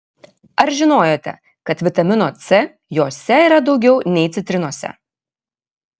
ar žinojote kad vitamino c jose yra daugiau nei citrinose